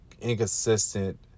inconsistent